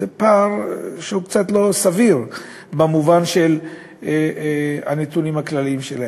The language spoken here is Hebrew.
וזה פער שהוא קצת לא סביר במובן של הנתונים הכלליים שלהם.